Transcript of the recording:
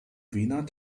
wiener